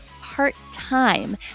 part-time